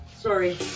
Sorry